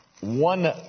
one